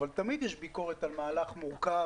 אבל תמיד יש ביקורת על מהלך מורכב